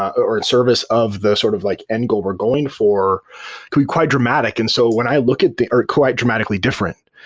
or in service of the sort of like end-goal we're going for can be quite dramatic. and so when i look at the or quite dramatically different.